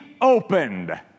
opened